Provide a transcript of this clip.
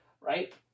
right